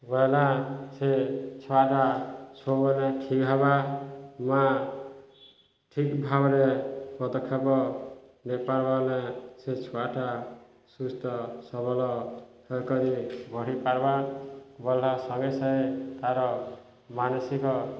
ସେ ଛୁଆଟା ସବୁବେଳେ ଠିକ ହେବା ମା ଠିକ ଭାବରେ ପଦକ୍ଷେପ ନେଇ ପାରିବ ବୋଲେ ସେ ଛୁଆଟା ସୁସ୍ଥ ସବଳ କରିରିବଢ଼ି ପାରିବ ବଢ଼ିଲା ସଙ୍ଗେ ସଙ୍ଗେ ତାର ମାନସିକ